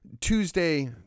Tuesday